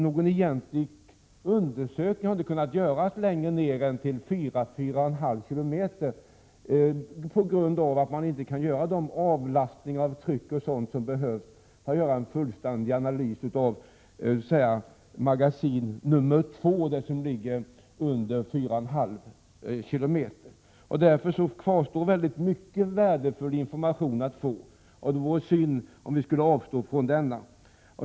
Någon egentlig undersökning har inte kunnat göras längre ned än till 44,5 km, på grund av att man inte kan göra de avlastningar på bl.a. trycket som behövs för en fullständig analys av magasin nr 2. Det är det som ligger under 4,5 km. Därför kvarstår mycket värdefull information att få. Det vore synd om vi skulle få lov att avstå från denna.